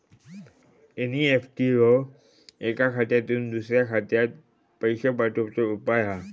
NEFT ह्यो एका खात्यातुन दुसऱ्या खात्यात पैशे पाठवुचो उपाय हा